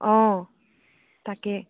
অঁ তাকে